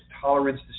tolerance